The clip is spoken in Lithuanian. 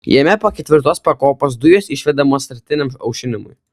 jame po ketvirtos pakopos dujos išvedamos tarpiniam aušinimui